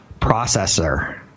processor